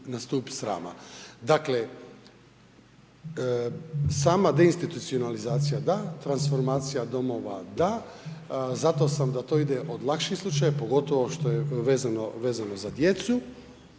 Dakle sama deinstitucionalizacija da, transformacija domova da, zato sam da to ide od lakših slučajeva pogotovo što je vezano za djecu,